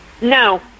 No